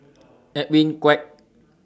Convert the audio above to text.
Edwin Koek